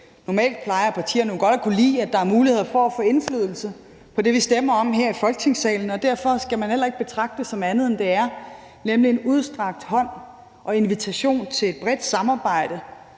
Normalt plejer partierne jo godt at kunne lide, at der er mulighed for at få indflydelse på det, vi stemmer om her i Folketingssalen, og derfor skal man heller ikke betragte det som andet, end det er, nemlig en udstrakt hånd og en invitation til et bredt samarbejde.